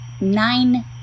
nine